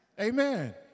Amen